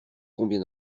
combien